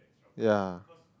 yeah